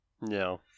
No